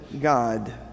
God